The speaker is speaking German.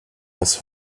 aus